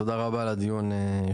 תודה רבה על הדיון החשוב,